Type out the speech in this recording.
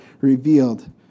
revealed